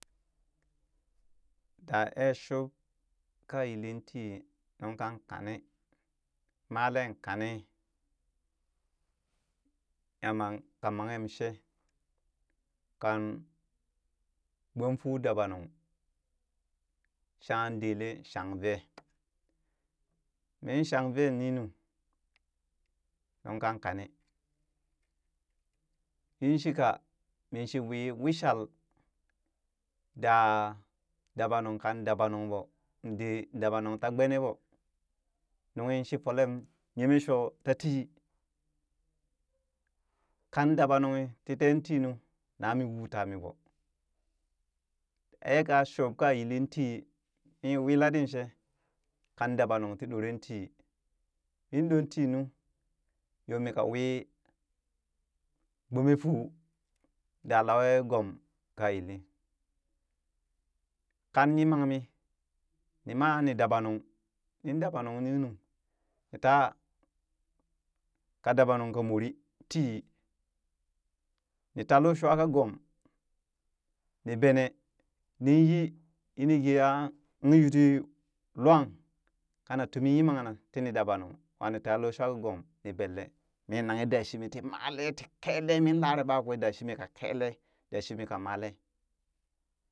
Daa ee shub ka yilin tii, nungkan kane male kanne, yama ka manghem she, kan gbom fuu dabanung, shangha dele shang vee, min shang vee ninu nungkan kane, yin shika minshi wii wishal da dabanung kan dabanung ɓo, in dee dabanung ta gbene ɓo, nunghi shi folem yeme shoo ta tii, kan dabanunghi ti teen ti nu, na mi wuu tami ɓo, ee ka shub ka yilin ti, mi wi laɗinshe kan dabanung ti ɗorenti, min ɗon ti nung nu yo mika wii gbome fuu da lawe gom, ka yili, kan nyimangmi nima ni dabanung, nin dabanung nunu, ni taa ka dabanung ka muri ti, ni ta lo shwa ka gom, ni bene nin yi, yini geha ung yuti luang kana tumi nyimangna tini dabanung, wa ni ta lo shuwa ka gom, ni belle ni nanghe da shimi ti male ti kele min lare ɓakwe, da shimi ka kele da shimi ka male.